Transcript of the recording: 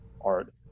art